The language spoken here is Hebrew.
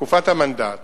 בתקופת המנדט,